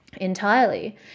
entirely